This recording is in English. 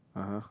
(uh huh)